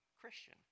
Christian